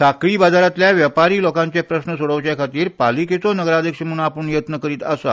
सांखळी जाल्ल्या वेपारी लोकांचे प्रस्न सोडोवपा खातीर पालिकेचो नगराध्यक्ष म्हूण आपूण यत्न करीत आसा